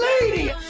lady